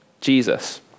Jesus